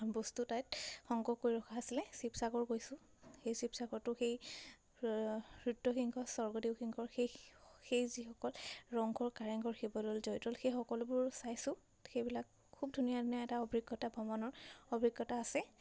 বস্তু তাত সংগ্ৰহ কৰি ৰখা আছিলে শিৱসাগৰ গৈছোঁ সেই শিৱসাগৰটো সেই নৃত্যসিংহ স্বৰ্গদেউসিংহৰ সেই সেই যিসকল ৰংঘৰ কাৰেংঘৰ শিৱদৌল জয়দৌল সেই সকলোবোৰ চাইছোঁ সেইবিলাক খুব ধুনীয়া ধুনীয়া এটা অভিজ্ঞতা ভ্ৰমণৰ অভিজ্ঞতা আছে